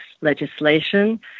legislation